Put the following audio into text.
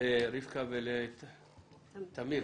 לרבקה ולתמיר.